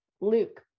luke